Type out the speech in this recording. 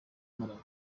malawi